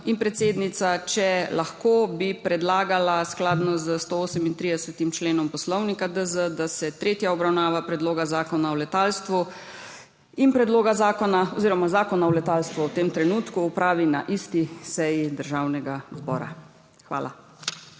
Predsednica, če lahko, bi predlagala skladno s 138. členom Poslovnika DZ, da se tretja obravnava Predloga zakona o letalstvu oziroma Zakona o letalstvu v tem trenutku opravi na isti seji Državnega zbora. Hvala.